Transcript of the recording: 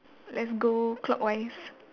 let's go clockwise